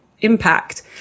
impact